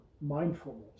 mindfulness